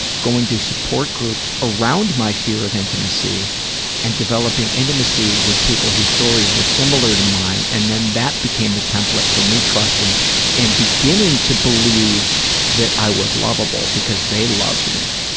going to support groups around my fear of intimacy and developing intimacy with people whose stories were similar to mine, and then that became the template for me trusting and beginning to believe that i was lovable because they loved me.